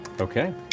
Okay